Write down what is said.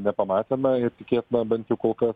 nepamatėme ir tikėtina bent jau kol kas